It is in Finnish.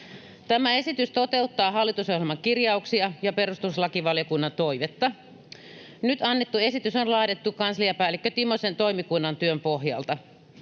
Tämä esitys toteuttaa hallitusohjelman kirjauksia ja perustuslakivaliokunnan toivetta. Nyt annettu esitys on laadittu kansliapäällikkö Timosen toimikunnan työn pohjalta.